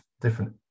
different